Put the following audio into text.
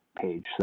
page